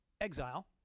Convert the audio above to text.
exile